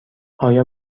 آیا